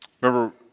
Remember